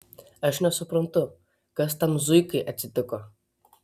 aš nesuprantu kas tam zuikai atsitiko